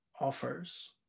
offers